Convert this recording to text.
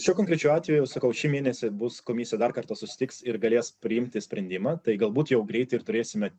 šiuo konkrečiu atveju sakau šį mėnesį bus komisija dar kartą susitiks ir galės priimti sprendimą tai galbūt jau greit ir turėsime